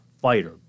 fighter